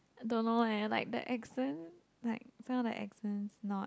don't know leh like the accent like some of the accents not